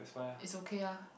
it's okay ah